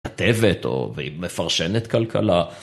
כתבת או מפרשנת כלכלה.